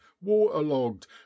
waterlogged